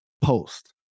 Post